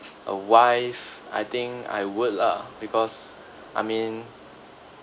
uh wife I think I would lah because I mean